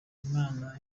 imana